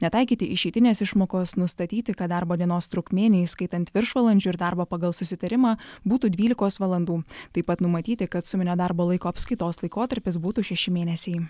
netaikyti išeitinės išmokos nustatyti kad darbo dienos trukmė neįskaitant viršvalandžių ir darbo pagal susitarimą būtų dvylikos valandų taip pat numatyti kad suminio darbo laiko apskaitos laikotarpis būtų šeši mėnesiai